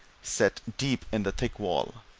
set deep in the thick wall,